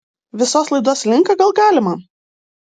visos laidos linką gal galima